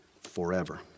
forever